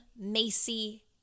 Macy